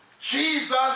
Jesus